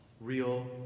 real